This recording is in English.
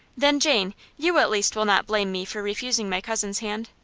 then, jane, you at least will not blame me for refusing my cousin's hand?